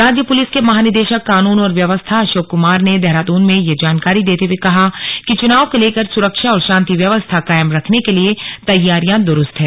राज्य पुलिस के महानिदेशक कानून और व्यवस्था ैअशोक कुमार ने देहरादून में यह जानकारी देते हुए कहा कि चुनाव को लेकर सुरक्षा और शांति व्यवस्था कायम रखने के लिए तैयारियां द्रुस्त हैं